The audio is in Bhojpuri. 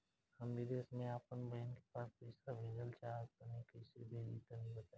हम विदेस मे आपन बहिन के पास पईसा भेजल चाहऽ तनि कईसे भेजि तनि बताई?